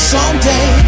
Someday